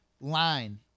line